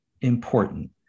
important